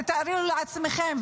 תארו לעצמכם,